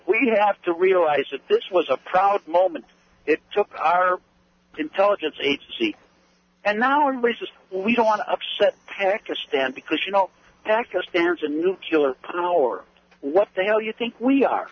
we have to realize that this was a proud moment it took our intelligence agency and now and we just we don't want to upset pakistan because you know pakistan's a nucular colonel or what the hell you think we are